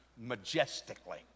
majestically